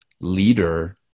leader